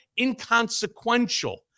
inconsequential